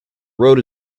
road